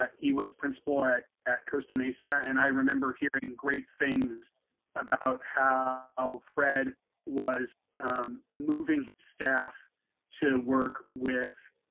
ah he was principal at costa mesa. and i remember hearing great things about how um fred was moving his staff to work with